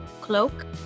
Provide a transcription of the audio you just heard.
cloak